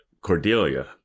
cordelia